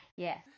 yes